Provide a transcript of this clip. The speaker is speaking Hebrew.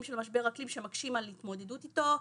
של משבר האקלים שמקשים על ההתמודדות איתו,